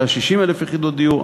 שהיה 60,000 יחידות דיור,